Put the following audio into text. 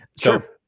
Sure